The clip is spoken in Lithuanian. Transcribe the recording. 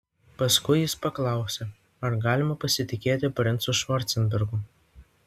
paskui jis paklausė ar galima pasitikėti princu švarcenbergu